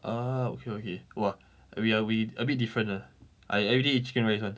ah okay okay !wah! we are we a bit different ah I everyday eat chicken rice [one]